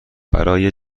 برای